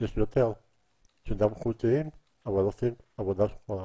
יש יותר שעושים עבודה שחורה.